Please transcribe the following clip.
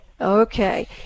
Okay